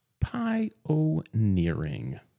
Pioneering